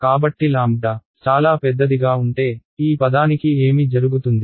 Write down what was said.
కాబట్టి చాలా పెద్దదిగా ఉంటే ఈ పదానికి ఏమి జరుగుతుంది